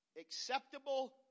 acceptable